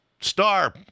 Star